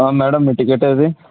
madam మీ ticket ఏది